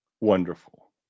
wonderful